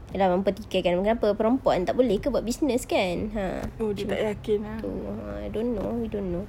ya lah mempertikaikan mengapa perempuan tak boleh ke buat business kan ha ah macam tu a'ah I don't know we don't know